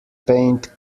paint